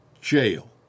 Jail